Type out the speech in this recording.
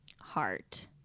heart